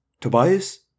Tobias